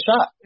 shot